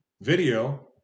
video